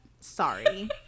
sorry